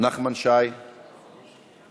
נחמן שי, מוותר.